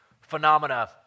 phenomena